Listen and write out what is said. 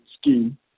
Scheme